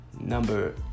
number